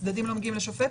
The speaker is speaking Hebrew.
הצדדים לא מגיעים לשופט,